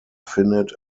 finite